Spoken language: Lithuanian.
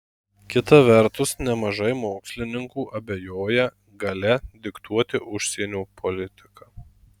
kita vertus nemažai mokslininkų abejoja galia diktuoti užsienio politiką